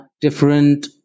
different